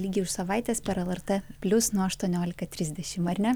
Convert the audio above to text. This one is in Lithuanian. lygiai už savaitės per lrt plius nuo aštuoniolika trisdešim ar ne